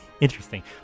interesting